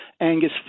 Angus